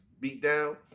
beatdown